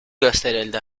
gösterildi